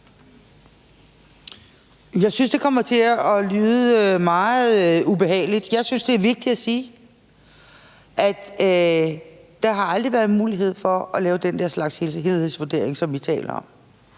Jeg synes, det kommer til at lyde meget ubehageligt. Jeg synes, det er vigtigt at sige, at der aldrig har været mulighed for at lave den slags helhedsvurdering, som vi taler om.